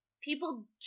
People